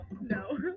No